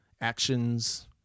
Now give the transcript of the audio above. actions